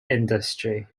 industry